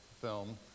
film